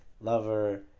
lover